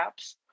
apps